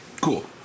cool